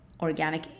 organic